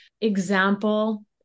Example